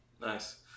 Nice